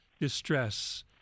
distress